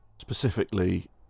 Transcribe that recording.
specifically